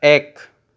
এক